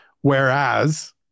whereas